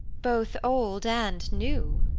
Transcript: both old and new.